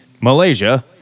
Malaysia